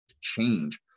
change